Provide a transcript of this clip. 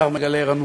השר מגלה ערנות.